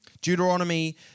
Deuteronomy